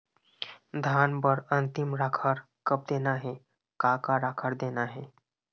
धान बर अन्तिम राखर कब देना हे, का का राखर देना हे?